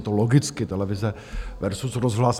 Je to logicky televize versus rozhlas.